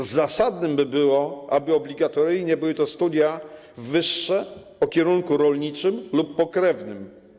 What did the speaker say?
Zasadne by było, aby obligatoryjnie były to studia wyższe o kierunku rolniczym lub pokrewnym.